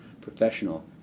professional